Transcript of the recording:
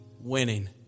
winning